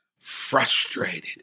frustrated